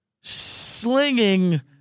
slinging